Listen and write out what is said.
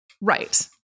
right